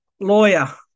lawyer